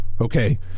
okay